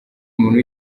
umuntu